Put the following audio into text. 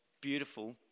beautiful